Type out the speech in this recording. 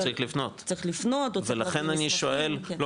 הוא צריך לפנות ולכן אני שואל --- הוא צריך לפנות,